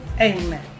amen